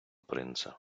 принца